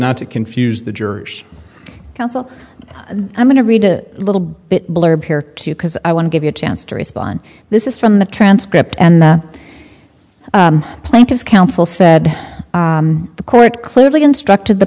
not to confuse the jurors counsel i'm going to read a little bit blurb here too because i want to give you a chance to respond this is from the transcript and the plaintiff's counsel said the court clearly instructed the